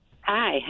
hi